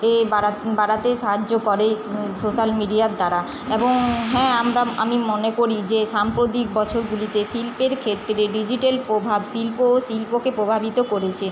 এ বাড়া বাড়াতে সাহায্য করে সো সোশ্যাল মিডিয়ার দ্বারা এবং হ্যাঁ আমরা আমি মনে করি যে সাম্প্রতিক বছরগুলিতে শিল্পের ক্ষেত্রে ডিজিটাল প্রভাব শিল্প ও শিল্পকে প্রভাবিত করেছে